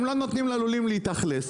הם לא נותנים ללולים להתאכלס.